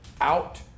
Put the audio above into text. out